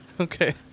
Okay